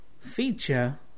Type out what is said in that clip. feature